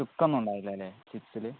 ചുക്കൊന്നുണ്ടാവില്ലാല്ലേ ചിപ്സില്